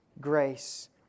grace